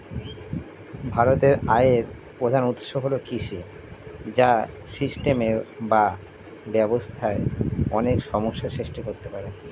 ভারতের আয়ের প্রধান উৎস হল কৃষি, যা সিস্টেমে বা ব্যবস্থায় অনেক সমস্যা সৃষ্টি করতে পারে